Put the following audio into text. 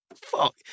fuck